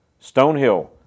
Stonehill